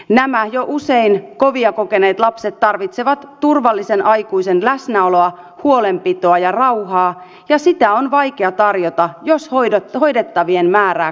nämä jo usein kovia kokeneet lapset tarvitsevat turvallisen aikuisen läsnäoloa huolenpitoa ja rauhaa ja sitä on vaikea tarjota jos hoidettavien määrää kasvatetaan